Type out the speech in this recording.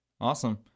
awesome